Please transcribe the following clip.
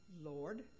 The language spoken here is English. Lord